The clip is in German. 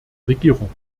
regierung